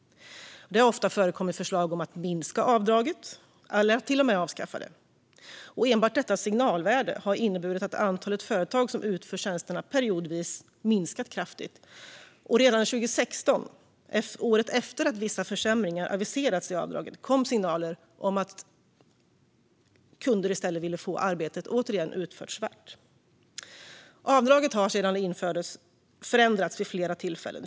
Det har ofta förekommit förslag om att minska avdraget eller att till och med avskaffa det. Enbart detta signalvärde har inneburit att antalet företag som utför tjänsterna periodvis minskat kraftigt. Redan 2016, året efter att vissa försämringar i avdraget aviserats, kom signaler om att kunder i stället återigen ville få arbetet utfört svart. Avdraget har sedan det infördes förändrats vid flera tillfällen.